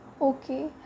okay